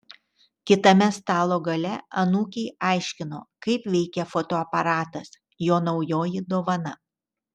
kitame stalo gale anūkei aiškino kaip veikia fotoaparatas jo naujoji dovana